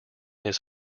his